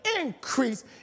increase